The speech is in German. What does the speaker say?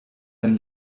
wenn